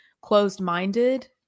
closed-minded